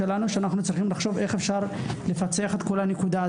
שאנחנו צריכים לחשוב איך אפשר לפצח אותה,